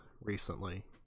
recently